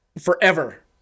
forever